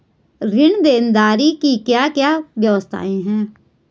ऋण देनदारी की क्या क्या व्यवस्थाएँ हैं?